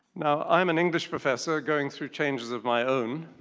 now i'm an english professor going through changes of my own.